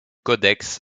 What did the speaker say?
codex